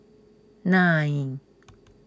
nine